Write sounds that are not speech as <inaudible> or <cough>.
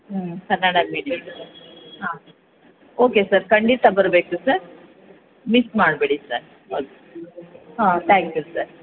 ಹ್ಞೂ ಕನ್ನಡ ಮೀಡಿಯಮ್ ಹಾಂ okay sir ಖಂಡಿತ ಬರಬೇಕು ಸರ್ ಮಿಸ್ ಮಾಡಬೇಡಿ ಸರ್ <unintelligible> ಹಾಂ ತ್ಯಾಂಕ್ ಯು ಸರ್